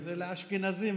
זה לאשכנזים,